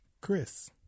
Chris